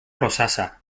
rosassa